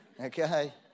Okay